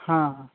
ହଁ